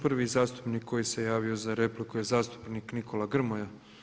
Prvi zastupnik koji se javio za repliku je zastupnik Nikola Grmoja.